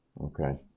Okay